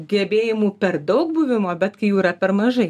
gebėjimų per daug buvimo bet kai jų yra per mažai